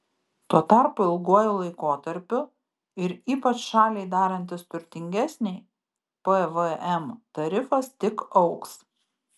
tuo tarpu ilguoju laikotarpiu ir ypač šaliai darantis turtingesnei pvm tarifas tik augs